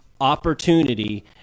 opportunity